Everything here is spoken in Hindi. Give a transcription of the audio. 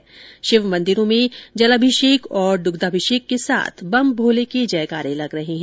राज्य के शिव मंदिरों में जलाभिषेक और दुग्धाभिषेक के साथ बम भोले के जयकारे लग रहे हैं